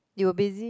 you're busy